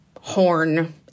horn